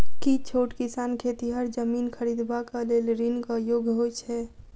की छोट किसान खेतिहर जमीन खरिदबाक लेल ऋणक योग्य होइ छै?